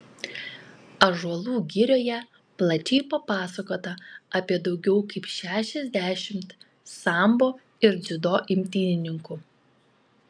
ąžuolų girioje plačiai papasakota apie daugiau kaip šešiasdešimt sambo ir dziudo imtynininkų